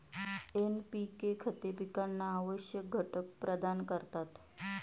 NPK खते पिकांना आवश्यक घटक प्रदान करतात